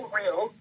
real